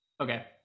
Okay